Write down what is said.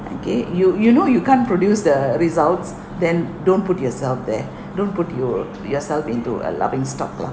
okay you you know you can't produce the results then don't put yourself there don't put your yourself into a laughing stock lah